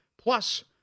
plus